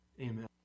amen